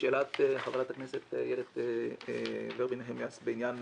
לשאלת חברת הכנסת איילת ורבין נחמיאס בעניין